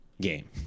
game